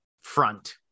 front